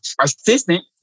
assistant